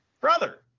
brother